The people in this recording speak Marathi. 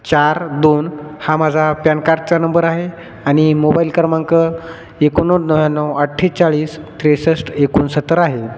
चार दोन हा माझा पॅन कार्डचा नंबर आहे आणि मोबाईल क्रमांक एकोणनव्वद नव्याण्णव अठ्ठेचाळीस त्रेसष्ट एकोणसत्तर आहे